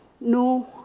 no